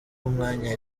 w’umunya